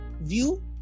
view